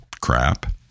crap